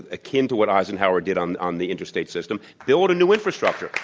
akin to what eisenhower did, on on the interstate system. build a new infrastructure.